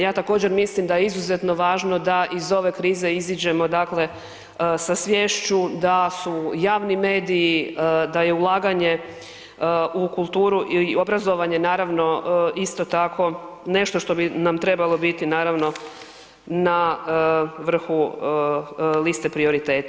Ja također mislim da je izuzetno važno da iz ove krize iziđemo dakle sa sviješću da su javni mediji, da je ulaganje u kulturu i obrazovanje naravno isto tako nešto što bi nam trebalo biti naravno na vrhu liste prioriteta.